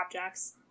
objects